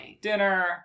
dinner